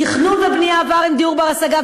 תכנון ובנייה עבר עם דיור בר-השגה.